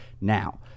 now